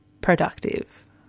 productive